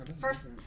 First